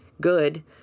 good